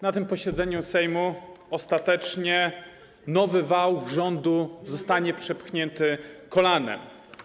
Na tym posiedzeniu Sejmu ostatecznie nowy wał rządu zostanie przepchnięty kolanem.